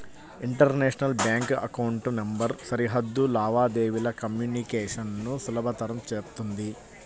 international bank account number సరిహద్దు లావాదేవీల communication ను సులభతరం చేత్తుంది